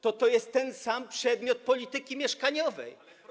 to jest to ten sam przedmiot polityki mieszkaniowej.